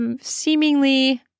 seemingly